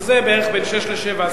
שזה בערך בין 18:00 ל-19:00,